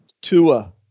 Tua